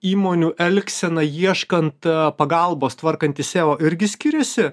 įmonių elgseną ieškant pagalbos tvarkantis seo irgi skiriasi